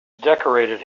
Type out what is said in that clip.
decorated